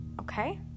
okay